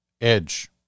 edge